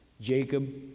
Jacob